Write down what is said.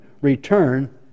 Return